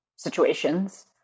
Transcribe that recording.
situations